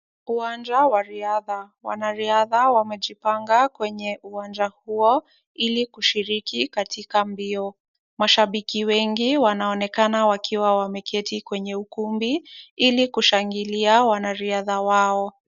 Uwanja wa riadha. Wanariadha wamejipanga kwenye uwanja huo ili kushiriki katika mbio. Mashabiki wengi wanaonekana wakiwa wameketi kwenye ukumbi, ili kushangilia wanariadha wao.